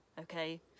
okay